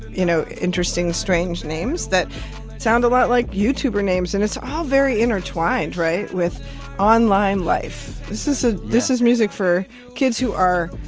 you know, interesting, strange names that sound a lot like youtuber names. and it's all very intertwined right? with online life yeah this ah this is music for kids who are.